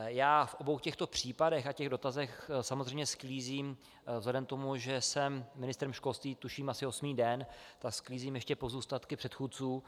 Já v obou těchto případech a dotazech samozřejmě vzhledem k tomu, že jsem ministrem školství tuším asi osmý den, sklízím ještě pozůstatky předchůdců.